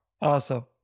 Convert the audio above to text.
Awesome